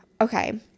okay